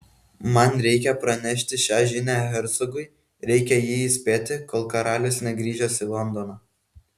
man reikia pranešti šią žinią hercogui reikia jį įspėti kol karalius negrįžęs į londoną